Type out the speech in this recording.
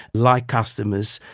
like customers,